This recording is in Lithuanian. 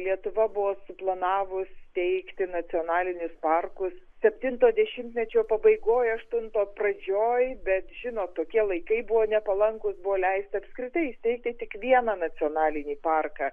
lietuva buvo suplanavus steigti nacionalinius parkus septinto dešimtmečio pabaigoj aštuntojo pradžioj bet žinot tokie laikai buvo nepalankūs buvo leista apskritai įsteigti tik vieną nacionalinį parką